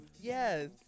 yes